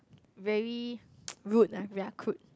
very rude lah ya crude